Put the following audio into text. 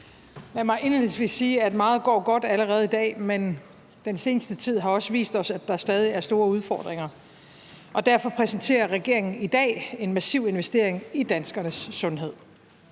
Lad mig indledningsvis sige, at meget går godt allerede i dag, men den seneste tid har også vist os, at der stadig er store udfordringer. Derfor præsenterer regeringen i dag en massiv investering i danskernes sundhed.